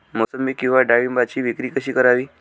मोसंबी किंवा डाळिंबाची विक्री कशी करावी?